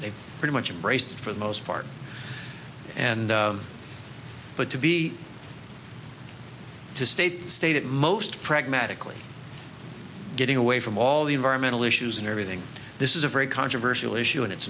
they pretty much embrace for the most part and but to be to state to state it most pragmatically getting away from all the environmental issues and everything this is a very controversial issue and it's